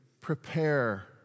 prepare